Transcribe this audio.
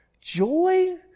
joy